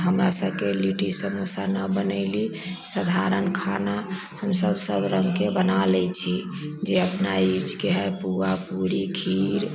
हमरा सबके लिट्टी समोसा ना बनेली साधारण खाना हमसब सब रंग के बना लै छी जे अपना दिस के अय पुआ पूरी खीर